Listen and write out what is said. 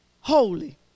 holy